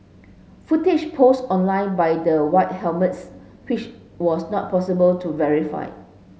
footage posted online by the White Helmets which was not possible to verify